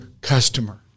customer